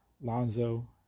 Lonzo